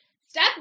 Step